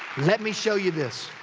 let me show you this.